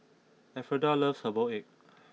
Elfreda loves Herbal Egg